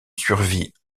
survit